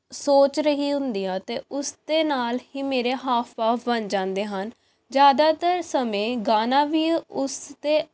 ਸੋਚ ਰਹੀ ਹੁੰਦੀ ਹਾਂ ਅਤੇ ਉਸਦੇ ਨਾਲ ਹੀ ਮੇਰੇ ਹਾਵ ਭਾਵ ਬਣ ਜਾਂਦੇ ਹਨ ਜ਼ਿਆਦਾਤਰ ਸਮੇਂ ਗਾਉਣਾ ਵੀ ਉਸਦੇ